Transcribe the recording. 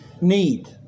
need